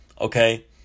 Okay